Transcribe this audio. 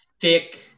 thick